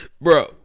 Bro